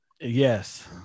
Yes